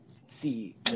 see